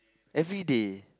everyday